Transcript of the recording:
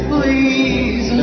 Please